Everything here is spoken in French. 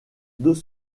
deux